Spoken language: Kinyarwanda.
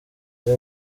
ari